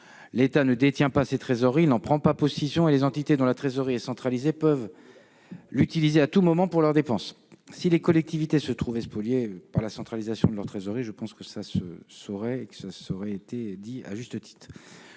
L'État ne détient pas leur trésorerie, il n'en prend pas possession, et les entités dont la trésorerie est centralisée peuvent l'utiliser à tout moment pour leurs dépenses. Si les collectivités territoriales se trouvaient spoliées par la centralisation de leur trésorerie, cela se saurait ! Je rappelle